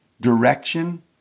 direction